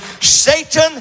Satan